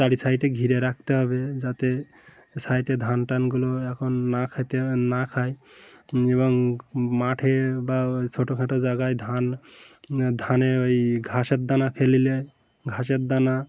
তারি সাইডে ঘিরে রাখতে হবে যাতে সাইডে ধান টানগুলো এখন না খেতে না খায় এবং মাঠে বা ওই ছোটোখাটো জায়গায় ধান ধানে ওই ঘাসের দানা ফেলিলে ঘাসের দানা